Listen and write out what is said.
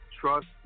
trust